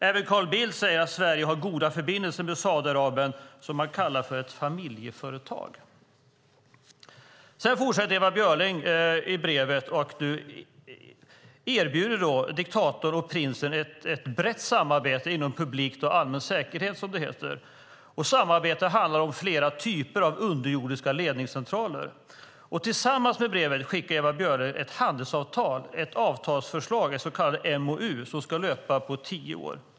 Även Carl Bildt säger att Sverige har goda förbindelser med Saudiarabien som han kallar för ett familjeföretag. Sedan fortsätter Ewa Björling brevet med att erbjuda diktatorn och prinsen ett brett samarbete inom publik och allmän säkerhet, som det heter. Samarbetet handlar om flera typer av underjordiska ledningscentraler. Tillsammans med brevet skickade Ewa Björling ett förslag till handelsavtal, ett så kallat MoU, som ska löpa på tio år.